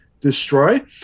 destroy